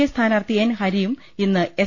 A സ്ഥാ നാർത്ഥി N ഹരിയും ഇന്ന് എസ്